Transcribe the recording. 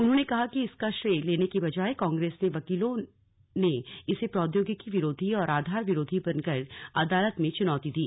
उन्होंने कहा कि इसका श्रेय लेने की बजाय कांग्रेस के वकीलों ने इसे प्रौद्योगिकी विरोधी और आधार विरोधी बनकर अदालत में चुनौती दी